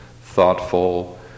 thoughtful